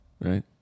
Right